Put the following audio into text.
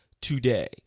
today